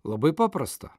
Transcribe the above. labai paprasta